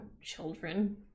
Children